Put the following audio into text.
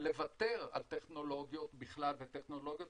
ולוותר על טכנולוגיות בכלל וטכנולוגיות